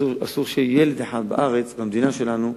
אסור שילד אחד בארץ, במדינה שלנו,